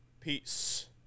Peace